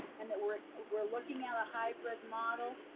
and that we're we're looking at a hybrid model,